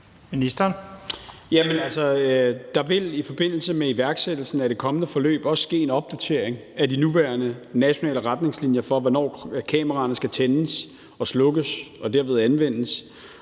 Jamen der vil i forbindelse med igangsættelsen af det kommende forløb også ske en opdatering af de nuværende nationale retningslinjer for, hvornår kameraerne skal tændes og slukkes og dermed anvendes,